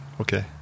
Okay